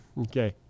Okay